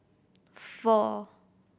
four